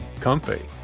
comfy